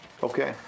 Okay